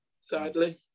sadly